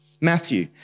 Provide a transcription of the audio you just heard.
Matthew